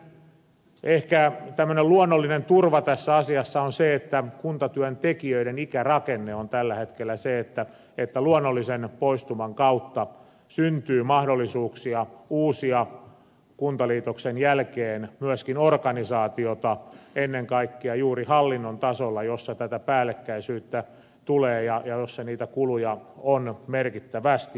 meidän ehkä tämmöinen luonnollinen turva tässä asiassa on se että kuntatyöntekijöiden ikärakenne on tällä hetkellä se että luonnollisen poistuman kautta syntyy mahdollisuuksia uusia kuntaliitoksen jälkeen myöskin organisaatiota ennen kaikkea juuri hallinnon tasolla jossa tätä päällekkäisyyttä tulee ja jossa niitä kuluja on merkittävästi